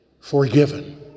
forgiven